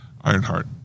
Ironheart